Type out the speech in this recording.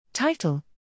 Title